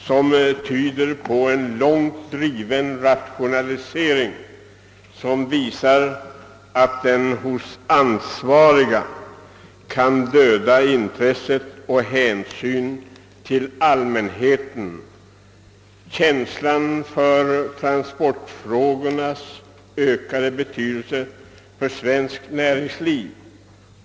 Det är ett tecken på en långt driven rationalisering, som hos de ansvariga kan döda intresset för och hänsynen till allmänheten, i detta fall känslan för transportfrågornas ökade betydelse för svenskt näringsliv.